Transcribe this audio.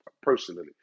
personally